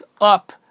up